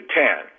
ten